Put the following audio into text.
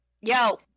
Yo